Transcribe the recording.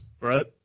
right